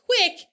quick